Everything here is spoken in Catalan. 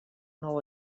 nou